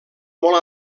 molt